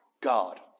God